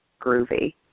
groovy